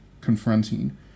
confronting